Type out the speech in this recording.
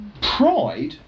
Pride